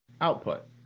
output